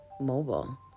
mobile